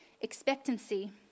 expectancy